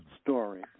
story